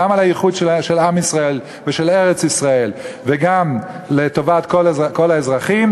גם על האיחוד של עם ישראל ושל ארץ-ישראל וגם לטובת כל האזרחים,